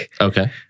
Okay